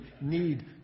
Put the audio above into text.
need